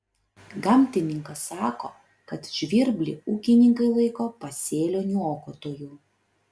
gamtininkas sako kad žvirblį ūkininkai laiko pasėlių niokotoju